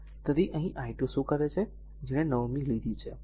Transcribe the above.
તેથી અહીં i2 શું કરે છે જેણે 9 મી લીધી છે